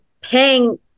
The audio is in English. paying